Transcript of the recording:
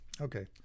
okay